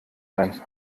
sein